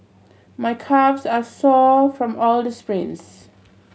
my calves are sore from all the sprints